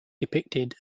depicted